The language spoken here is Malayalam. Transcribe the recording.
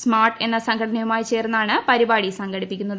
സ്മാർട്ട് എന്ന സംഘടനയുമായി ചേർന്നാണ് പരിപാടി സംഘടിപ്പിക്കുന്നത്